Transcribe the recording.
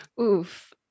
oof